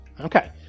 Okay